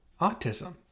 autism